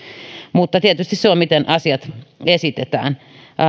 mutta tietysti se on miten asiat esitetään